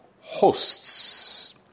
hosts